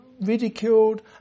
ridiculed